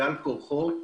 בעל כורחו,